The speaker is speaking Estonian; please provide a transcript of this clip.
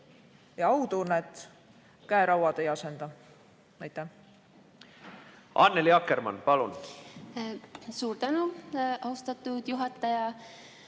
ja autunnet käerauad ei asenda. Annely Akkermann, palun! Suur tänu, austatud juhataja!